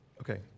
okay